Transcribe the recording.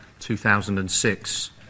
2006